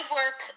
work